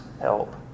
help